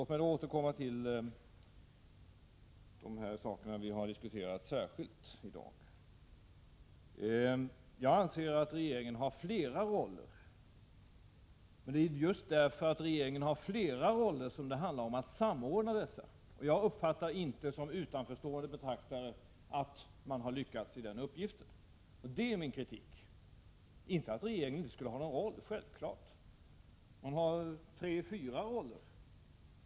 Låt mig återkomma till de frågor som vi har diskuterat särskilt i dag. Jag anser att regeringen har flera roller, och det handlar just om att samordna dem. Som utanförstående betraktare anser jag att regeringen inte har lyckats iden uppgiften. Det är det min kritik gäller, inte att regeringen inte har någon roll — den har självfallet tre fyra roller.